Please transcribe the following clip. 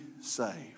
saved